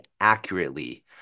accurately